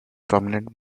prominent